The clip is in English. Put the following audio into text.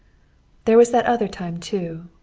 there was that other time, too,